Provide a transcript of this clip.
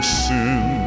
sin